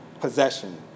possession